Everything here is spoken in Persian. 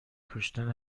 کشتن